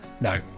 no